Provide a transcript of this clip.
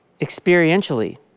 experientially